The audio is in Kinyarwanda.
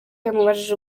yamubajije